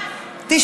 תודה רבה.